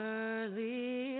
early